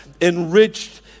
enriched